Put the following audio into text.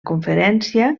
conferència